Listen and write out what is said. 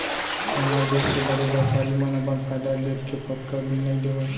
हमर देस के बड़े बैपारी मन अपन फायदा देखके पक्का बिल नइ देवय